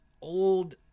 old